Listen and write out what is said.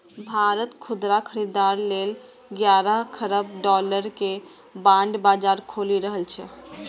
भारत खुदरा खरीदार लेल ग्यारह खरब डॉलर के बांड बाजार खोलि रहल छै